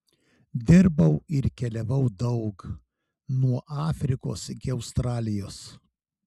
dirbau ir keliavau daug nuo afrikos iki australijos